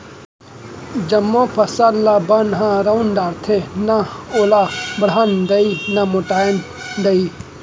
जमो फसल ल बन ह रउंद डारथे, न ओला बाढ़न दय न मोटावन दय